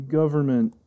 government